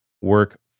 work